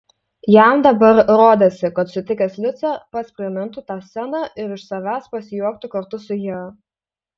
jam dabar rodėsi kad sutikęs liucę pats primintų tą sceną ir iš savęs pasijuoktų kartu su ja